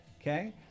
Okay